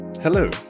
Hello